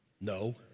No